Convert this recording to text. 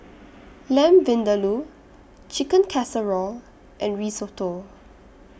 Lamb Vindaloo Chicken Casserole and Risotto